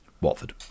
Watford